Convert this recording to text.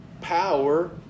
power